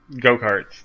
go-karts